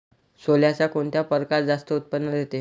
सोल्याचा कोनता परकार जास्त उत्पन्न देते?